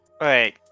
Wait